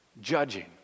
judging